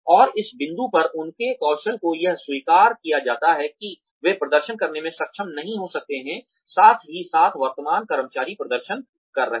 और इस बिंदु पर उनके कौशल को यह स्वीकार किया जाता है कि वे प्रदर्शन करने में सक्षम नहीं हो सकते हैं साथ ही साथ वर्तमान कर्मचारी प्रदर्शन कर रहे हैं